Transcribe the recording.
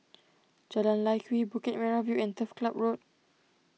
Jalan Lye Kwee Bukit Merah View and Turf Club Road